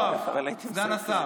יואב, סגן השר,